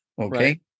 Okay